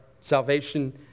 salvation